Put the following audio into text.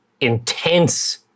intense